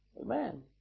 Amen